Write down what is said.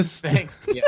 thanks